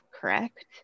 correct